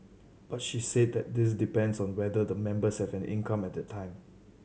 but she said that this depends on whether the members have an income at that time